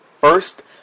First